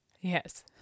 yes